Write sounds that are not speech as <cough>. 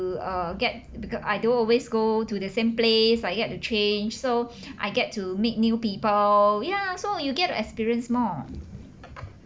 to uh get because I don't always go to the same place I get to change so <breath> I get to meet new people yeah so you get to experience more